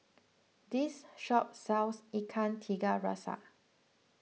this shop sells Ikan Tiga Rasa